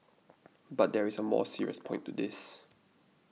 but there is a more serious point to this